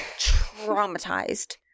traumatized